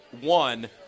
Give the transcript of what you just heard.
one